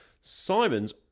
Simon's